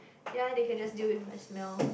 ya they can just deal with my smell